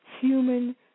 human